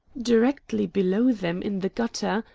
directly below them in the gutter,